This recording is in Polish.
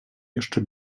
jeszcze